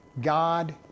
God